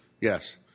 Yes